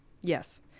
Yes